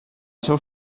seu